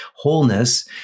wholeness